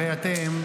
הרי אתם,